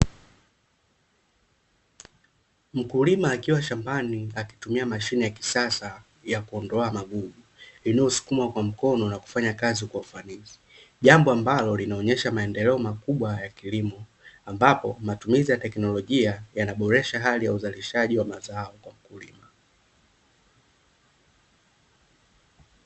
Mkulima akiwa shambani akitumia mashine ya kisasa ya kuondoa magugu, inayosukumwa kwa mkono na kufanya kazi kwa ufanisi, jambo ambalo linaonyesha maendeleo makubwa ya kilimo, ambapo matumizi ya teknolojia, yanaboresha hali ya uzalishaji wa mazao kwa wakulima.